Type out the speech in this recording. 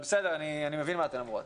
בסדר, אני מבין את מה שאתן אומרות.